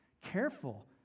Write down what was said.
careful